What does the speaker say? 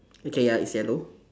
okay ya it's yellow